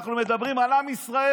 אנחנו מדברים על עם ישראל.